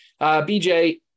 BJ